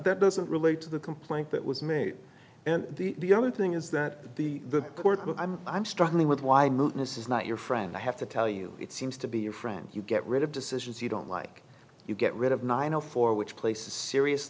that doesn't relate to the complaint that was made and the other thing is that the the court i'm i'm struggling with why mootness is not your friend i have to tell you it seems to be your friend you get rid of decisions you don't like you get rid of nine zero four which places serious